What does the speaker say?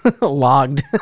logged